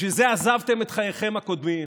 בשביל זה עזבתם את חייכם הקודמים,